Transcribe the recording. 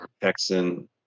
Texan